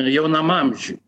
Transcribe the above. jaunam amžiuj